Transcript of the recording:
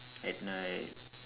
at night